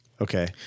Okay